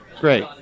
Great